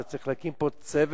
אתה צריך להקים פה צוות